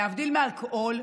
להבדיל מאלכוהול,